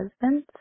husband